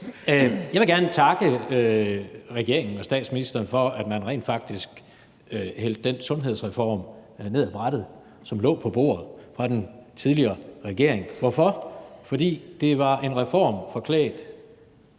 Jeg vil gerne takke regeringen og statsministeren for, at man rent faktisk hældte den sundhedsreform, som lå på bordet fra den tidligere regering, ned ad brættet. Hvorfor? Fordi det var en spareøvelse forklædt